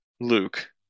Luke